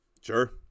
Sure